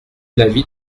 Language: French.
l’avis